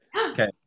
Okay